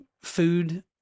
food